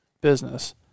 business